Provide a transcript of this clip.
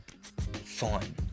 fun